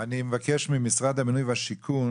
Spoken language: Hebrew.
אני מבקש ממשרד הבינוי והשיכון,